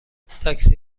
تاکسی